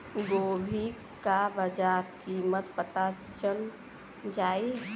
गोभी का बाजार कीमत पता चल जाई?